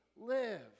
live